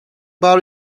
bar